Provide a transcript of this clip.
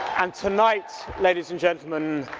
and tonight ladies and gentlemen,